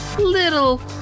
little